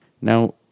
Now